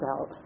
out